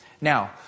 Now